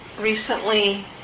recently